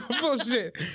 bullshit